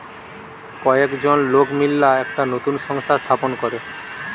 কয়েকজন লোক মিললা একটা নতুন সংস্থা স্থাপন করে